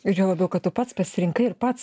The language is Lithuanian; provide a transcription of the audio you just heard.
ir juo labiau kad tu pats pasirinkai ir pats